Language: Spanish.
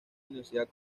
universidad